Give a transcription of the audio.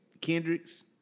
Kendricks